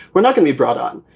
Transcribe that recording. we're not gonna be brought on.